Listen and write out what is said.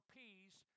peace